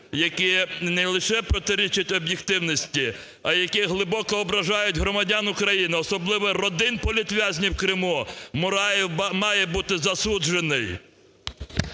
які не лише протирічать об'єктивності, а які глибоко ображають громадян України, особливо родин політв'язнів в Криму. Мураєв має бути засуджений.